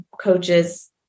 coaches